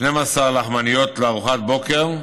ו"שתים-עשרה לחמניות לארוחת בוקר".